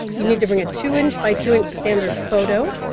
you need to bring a two inch by two inch standard photo.